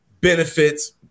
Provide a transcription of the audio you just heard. benefits